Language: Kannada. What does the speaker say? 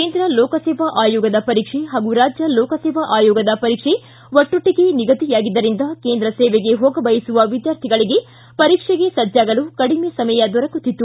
ಕೇಂದ್ರ ಲೋಕಸೇವಾ ಆಯೋಗದ ಪರೀಕ್ಷೆ ಹಾಗೂ ರಾಜ್ಯ ಲೋಕಸೇವಾ ಅಯೋಗದ ಪರೀಕ್ಷೆ ಒಟ್ಟೊಟ್ಟಗೆ ನಿಗದಿಯಾಗಿದ್ದರಿಂದ ಕೇಂದ್ರ ಸೇವೆಗೆ ಹೋಗಬಯಸುವ ವಿದ್ಯಾರ್ಥಿಗಳಿಗೆ ಪರೀಕ್ಷೆಗೆ ಸಚ್ಚಾಗಲು ಕಡಿಮೆ ಸಮಯ ದೊರಕುತ್ತಿತ್ತು